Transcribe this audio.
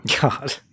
god